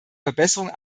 verbesserung